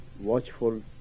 watchful